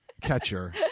catcher